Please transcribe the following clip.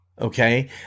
Okay